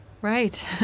right